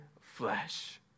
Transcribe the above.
flesh